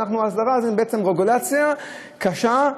הסדרה זה בעצם רגולציה קשה,